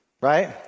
Right